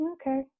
okay